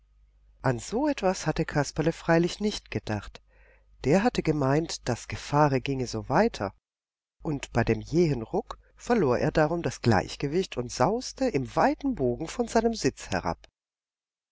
an so etwas hatte kasperle freilich nicht gedacht der hatte gemeint das gefahre ginge so weiter und bei dem jähen ruck verlor er darum das gleichgewicht und sauste in weitem bogen von seinem sitz herab